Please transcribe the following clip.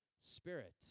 Spirit